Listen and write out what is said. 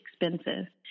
expensive